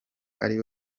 ari